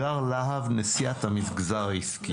הגר יהב, נשיאת המגזר העסקי,